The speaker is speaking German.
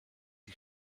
die